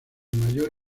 mayor